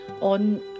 on